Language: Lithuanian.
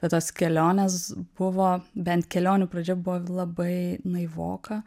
bet tos kelionės buvo bent kelionių pradžia buvo labai naivoka